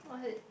what is it